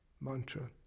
mantra